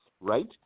right